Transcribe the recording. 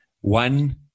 one